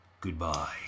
Goodbye